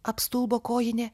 apstulbo kojinė